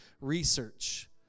research